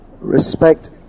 respect